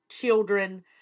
children